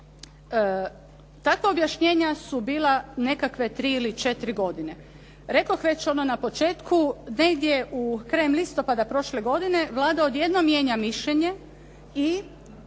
Takva objašnjenja su bila nekakve tri ili četiri godine. Rekoh već ono na početku negdje u, krajem listopada prošle godine, Vlada odjednom mijenja mišljenje i